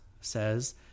says